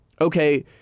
Okay